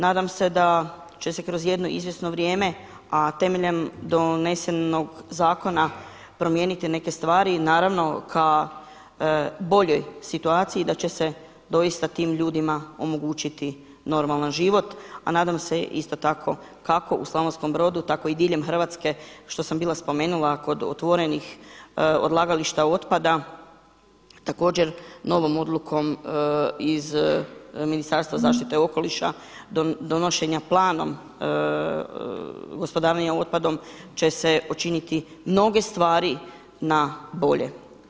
Nadam se da će se kroz jedno izvjesno vrijeme, a temeljem donesenog zakona promijeniti neke stvari i naravno ka boljoj situaciji da će se doista tim ljudima omogućiti normalan život, a nadam se isto tako kako u Slavonskom Brodu, tako i diljem Hrvatske što sam bila spomenula kod otvorenih odlagališta otpada također novom odlukom iz Ministarstva zaštite okoliša, donošenja Planom gospodarenja otpadom će se učiniti mnoge stvari na bolje.